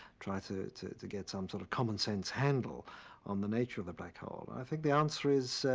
try to to to get some sort of common sense handle on the nature of the black hole? i think the answer is, ah,